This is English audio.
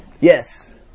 Yes